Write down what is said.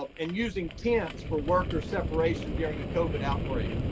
um and using tents for worker separation during a covid outbreak,